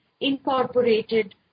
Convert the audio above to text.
incorporated